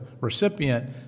recipient